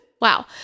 wow